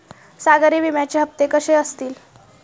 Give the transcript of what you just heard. सागरी विम्याचे हप्ते कसे असतील?